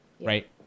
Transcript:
right